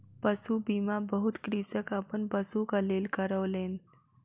पशु बीमा बहुत कृषक अपन पशुक लेल करौलेन